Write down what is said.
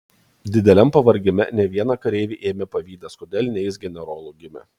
dideliam pavargime ne vieną kareivį ėmė pavydas kodėl ne jis generolu gimė